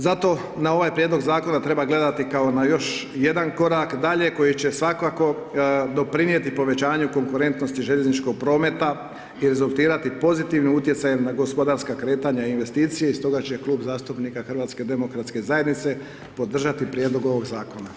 Zato na ovaj prijedlog Zakona treba gledati kao na još jedan korak dalje koji će svakako doprinijeti povećanju konkurentnosti željezničkog prometa i rezultirati pozitivnim utjecajem na gospodarska kretanja i investicije i stoga će klub zastupnika HDZ-a podržati prijedlog ovog Zakona.